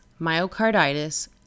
myocarditis